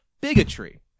Bigotry